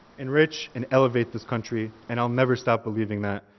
enrich and elevate this country, and i'll never stop believing that,